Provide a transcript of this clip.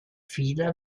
fila